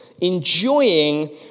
enjoying